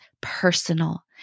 personal